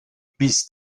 bis